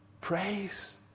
Praise